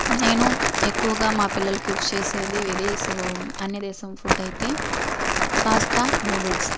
నేను ఎక్కువగా మా పిల్లలకి యూస్ చేసేది విదేశం అన్యదేశం ఫుడ్ అయితే పాస్తా నూడిల్స్